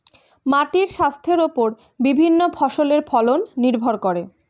মাটির স্বাস্থ্যের ওপর বিভিন্ন ফসলের ফলন নির্ভর করে